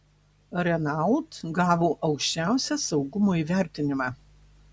renault gavo aukščiausią saugumo įvertinimą